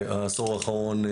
העשור האחרון,